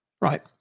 Right